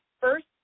first